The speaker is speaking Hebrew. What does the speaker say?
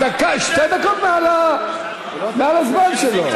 שתי דקות מעל הזמן שלו.